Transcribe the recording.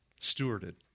stewarded